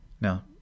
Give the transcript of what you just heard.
Now